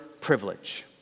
privilege